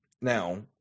Now